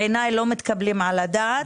בעיניי לא מתקבלים על הדעת,